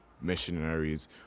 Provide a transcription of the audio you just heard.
missionaries